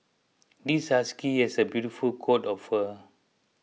this husky has a beautiful coat of fur